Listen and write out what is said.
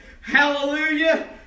hallelujah